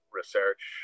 research